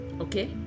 Okay